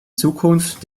zukunft